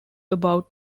about